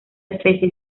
especie